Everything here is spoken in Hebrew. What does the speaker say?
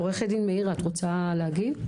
עורכת הדין מאירה בסוק, את רוצה להגיב?